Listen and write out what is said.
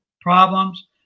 problems